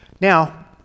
Now